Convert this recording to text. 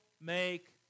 make